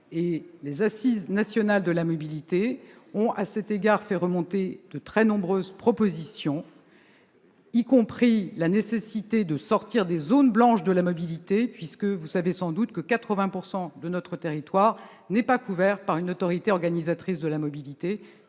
Les assises nationales de la mobilité ont, à cet égard, permis de faire remonter de très nombreuses propositions, y compris la nécessité de sortir des zones blanches de la mobilité. Vous savez sans doute que 80 % de notre territoire n'est pas couvert par une autorité organisatrice de la mobilité